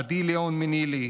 עדי ליאון מניל"י,